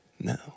No